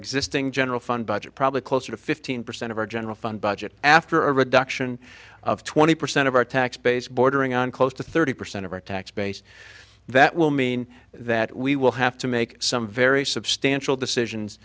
general fund budget probably closer to fifteen percent of our general fund budget after a reduction of twenty percent of our tax base bordering on close to thirty percent of our tax base that will mean that we will have to make some very substantial decisions